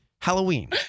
Halloween